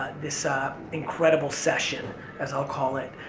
this ah incredible session as i'll call it,